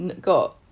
got